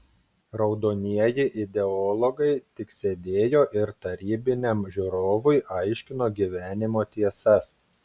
raudonieji ideologai tik sėdėjo ir tarybiniam žiūrovui aiškino gyvenimo tiesas